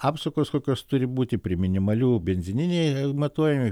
apsukos kokios turi būti prie minimalių benzininiai matuojami